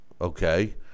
okay